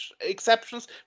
exceptions